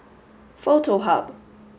Foto Hub